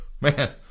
man